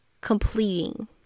completing